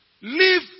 Leave